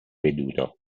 veduto